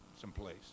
someplace